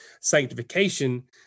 sanctification